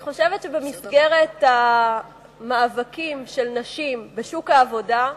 אני חושבת שבמסגרת המאבקים של נשים בשוק העבודה,